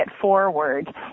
forward